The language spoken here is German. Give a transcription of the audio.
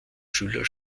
schüler